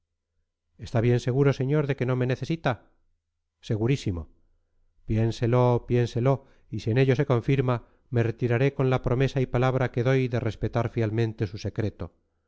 está bien seguro señor de que no me necesita segurísimo piénselo piénselo y si en ello se confirma me retiraré con la promesa y palabra que doy de respetar fielmente su secreto